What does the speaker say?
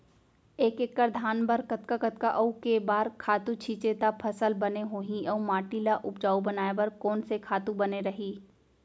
एक एक्कड़ धान बर कतका कतका अऊ के बार खातू छिंचे त फसल बने होही अऊ माटी ल उपजाऊ बनाए बर कोन से खातू बने रही?